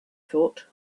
thought